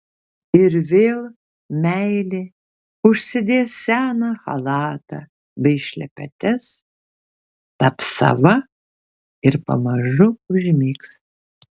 ir vėl meilė užsidės seną chalatą bei šlepetes taps sava ir pamažu užmigs